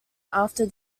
after